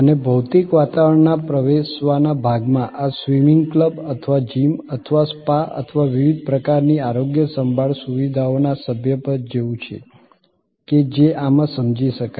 અને ભૌતિક વાતાવરણના પ્રવેશવાના ભાગમાં આ સ્વિમિંગ ક્લબ અથવા જિમ અથવા સ્પા અથવા વિવિધ પ્રકારની આરોગ્ય સંભાળ સુવિધાઓના સભ્યપદ જેવું છે કે જે આમાં સમજી શકાય છે